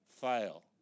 fail